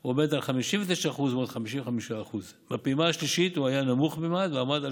הוא עמד על 59% לעומת 55%. בפעימה השלישית הוא היה נמוך במעט ועמד על